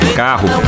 carro